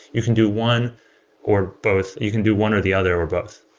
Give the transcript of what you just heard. you can do one or both. you can do one or the other or both